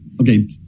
Okay